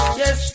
yes